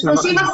ב-30%,